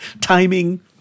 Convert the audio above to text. Timing